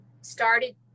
started